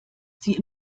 sie